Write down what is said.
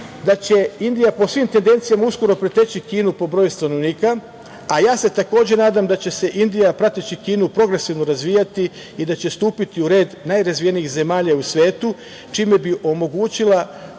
da će Indija po svim tendencijama uskoro preteći Kinu po broju stanovnika, a ja se takođe nadam da će se Indija prateći Kinu progresivno razvijati i da će stupiti u red najrazvijenijih zemalja u svetu čime bi omogućila